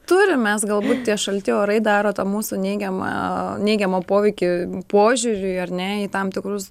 turim mes galbūt tie šalti orai daro tą mūsų neigiamą neigiamą poveikį požiūriui ar ne į tam tikrus